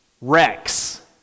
Rex